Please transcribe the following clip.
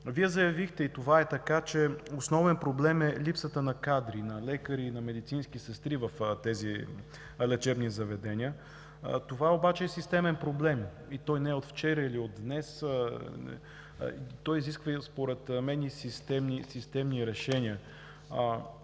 Вие заявихте, и това е така, че основен проблем е липсата на кадри – на лекари, на медицински сестри в тези лечебни заведения. Това обаче е системен проблем и той не е от вчера или от днес. Той изисква според мен и системни решения.